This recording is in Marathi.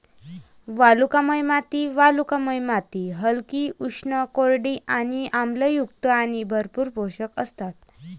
वालुकामय माती वालुकामय माती हलकी, उष्ण, कोरडी आणि आम्लयुक्त आणि भरपूर पोषक असतात